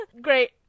Great